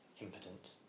impotent